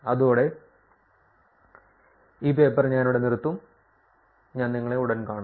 അതോടെ ഈ പേപ്പർ ഞാൻ ഇവിടെ നിർത്തും ഞാൻ ഉടൻ നിങ്ങളെ കാണും